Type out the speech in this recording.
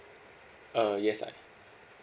uh yes lah